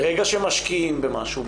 ברגע שמשקיעים במשהו,